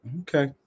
Okay